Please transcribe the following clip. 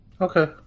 Okay